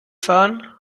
fahren